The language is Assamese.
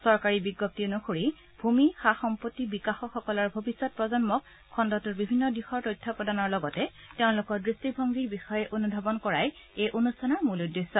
চৰকাৰী বিজ্ঞপ্তিত অনুসৰি ভূমি সা সম্পত্তি বিকাশকসকলৰ ভৱিষ্যৎ প্ৰজন্মক খণুটোৰ বিভিন্ন দিশৰ তথ্য প্ৰদানৰ লগতে তেওঁলোকৰ দৃষ্টিভংগীৰ বিষয়ে অনুধাৱন কৰাই এই অনুষ্ঠানৰ মূল উদ্দেশ্য